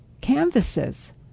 canvases